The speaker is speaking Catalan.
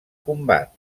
combat